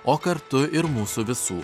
o kartu ir mūsų visų